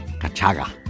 Cachaga